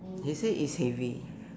they say it's heavy